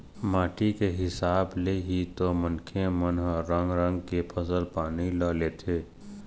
माटी के हिसाब ले ही तो मनखे मन ह रंग रंग के फसल पानी ल लेथे